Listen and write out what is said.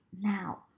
now